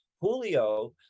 Julio